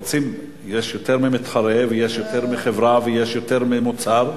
יש יותר ממתחרה, ויש יותר מחברה, ויש יותר ממוצר.